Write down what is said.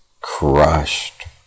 crushed